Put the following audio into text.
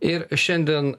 ir šiandien